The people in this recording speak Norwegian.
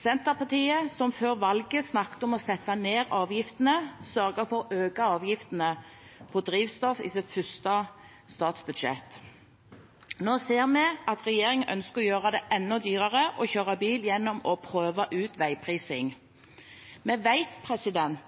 Senterpartiet, som før valget snakket om å sette ned avgiftene, sørget for å øke avgiftene på drivstoff i sitt første statsbudsjett. Nå ser vi at regjeringen ønsker å gjøre det enda dyrere å kjøre bil gjennom å prøve ut veiprising. Vi vet